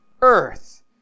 earth